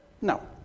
No